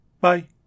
Bye